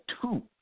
two